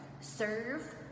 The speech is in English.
serve